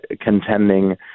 contending